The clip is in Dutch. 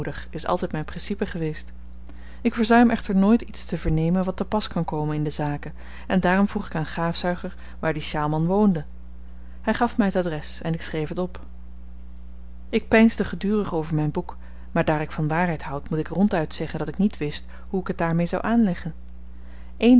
is altyd myn principe geweest ik verzuim echter nooit iets te vernemen wat te pas kan komen in de zaken en daarom vroeg ik aan gaafzuiger waar die sjaalman woonde hy gaf my t adres en ik schreef het op ik peinsde gedurig over myn boek maar daar ik van waarheid houd moet ik ronduit zeggen dat ik niet wist hoe ik t daarmee zou aanleggen eén